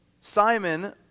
Simon